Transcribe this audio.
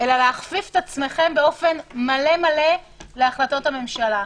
אלא להכפיף את עצמכם באופן מלא מלא להחלטות הממשלה.